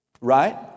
Right